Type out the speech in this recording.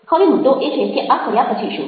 હવે મુદ્દો એ છે કે આ કર્યા પછી શું